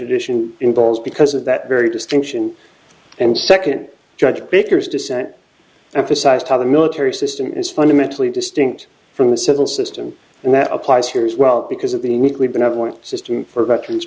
issue involved because of that very distinction and second judge baker's dissent emphasized how the military system is fundamentally distinct from the civil system and that applies here as well because of the weakly benevolent system for veteran